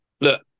look